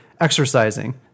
exercising